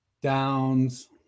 Downs